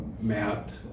Matt